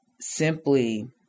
simply